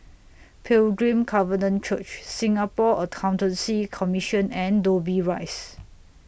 Pilgrim Covenant Church Singapore Accountancy Commission and Dobbie Rise